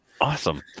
Awesome